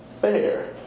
fair